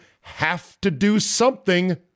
have-to-do-something